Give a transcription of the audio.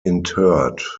interred